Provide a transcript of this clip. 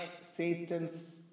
Satan's